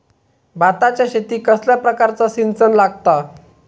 भाताच्या शेतीक कसल्या प्रकारचा सिंचन लागता?